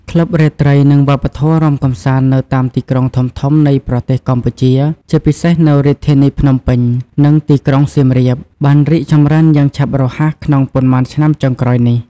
ក្លឹបរាត្រី និងវប្បធម៌រាំកម្សាននៅតាមទីក្រុងធំៗនៃប្រទេសកម្ពុជា ជាពិសេសនៅរាជធានីភ្នំពេញ និងទីក្រុងសៀមរាប បានរីកចម្រើនយ៉ាងឆាប់រហ័សក្នុងប៉ុន្មានឆ្នាំចុងក្រោយនេះ។